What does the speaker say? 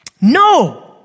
No